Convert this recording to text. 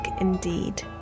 indeed